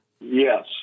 Yes